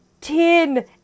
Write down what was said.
Ten